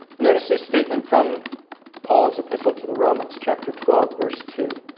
notice this statement from paul's epistle to the romans chapter twelve verse two